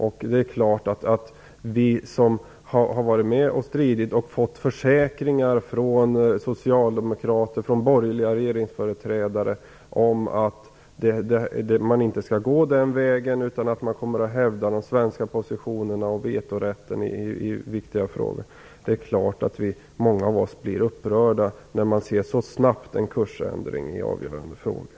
Vi som har varit med och stridit har fått försäkringar både från socialdemokrater och från borgerliga regeringsföreträdare om att man inte skall gå den vägen utan att man kommer att hävda de svenska positionerna och vetorätten i viktiga frågor. Många av oss blir så klart upprörda när vi ser en så snabb kursändring i avgörande frågor.